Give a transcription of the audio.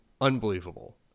unbelievable